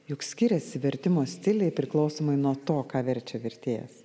juk skiriasi vertimo stiliai priklausomai nuo to ką verčia vertėjas